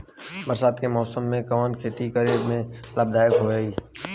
बरसात के मौसम में कवन खेती करे में लाभदायक होयी?